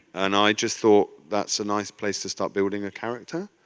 and i just thought that's a nice place to start building a character,